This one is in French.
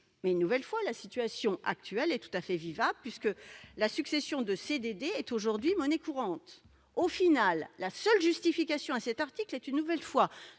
Mais, une nouvelle fois, la situation actuelle est tout à fait vivable, puisque la succession de CDD est aujourd'hui monnaie courante. Au final, la seule justification à cet article est une nouvelle fois